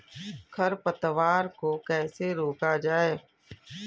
खरपतवार को कैसे रोका जाए?